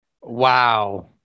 Wow